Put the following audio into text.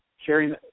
sharing